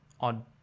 on